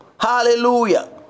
Hallelujah